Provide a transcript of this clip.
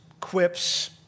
quips